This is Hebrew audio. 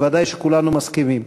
ודאי שכולנו מסכימים,